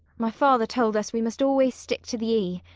my father told us we must always stick to the e.